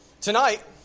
tonight